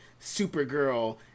Supergirl